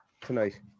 tonight